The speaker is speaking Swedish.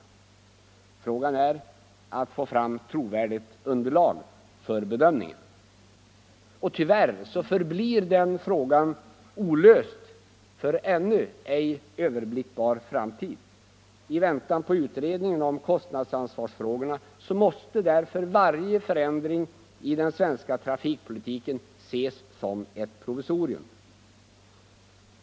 Det gäller att få fram trovärdigt underlag för bedömningen. Tyvärr förblir den frågan olöst för en ännu ej överblickbar framtid. I väntan på utredningen om kostnadsansvarsfrågorna måste därför varje förändring i den svenska trafikpolitiken betraktas som ett provisorium.